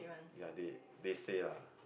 ya they they say ah